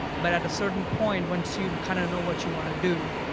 but at a certain point, once you kinda know what you wanna do,